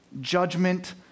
judgment